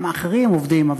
גם האחרים עובדים,